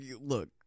look